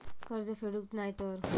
कर्ज फेडूक नाय तर?